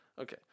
Okay